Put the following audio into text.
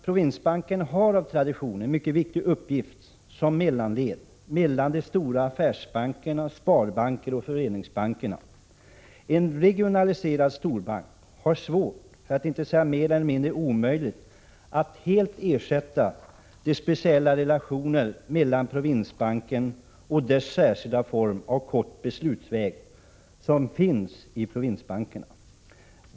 Provinsbankerna har av tradition en mycket viktig uppgift som mellanled mellan de stora affärsbankerna, sparbankerna och föreningsbankerna. Det är svårt, för att inte säga mer eller mindre omöjligt, för en regionaliserad storbank att helt ersätta de speciella relationerna i provinsbankerna och deras särskilda form av kort beslutsväg.